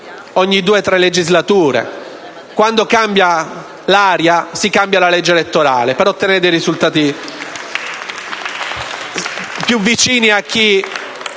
ogni due o tre legislature: quando cambia l'aria, si cambia la legge elettorale per ottenere risultati più vicini a chi